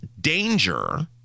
danger